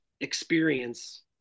experience